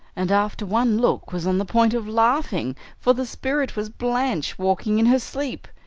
and after one look was on the point of laughing, for the spirit was blanche walking in her sleep.